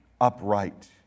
upright